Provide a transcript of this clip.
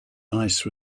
ice